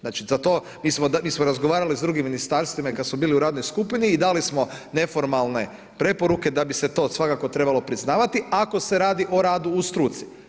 Znači za to, mi smo razgovarali sa drugim ministarstvima i kada smo bili u radnoj skupini i dali smo neformalne preporuke da bi se to svakako trebalo priznavati, ako se radi o radu u struci.